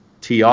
TR